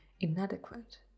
inadequate